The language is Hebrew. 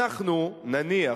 אנחנו נניח,